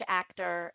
actor